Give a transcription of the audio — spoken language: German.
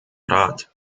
rat